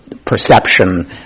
Perception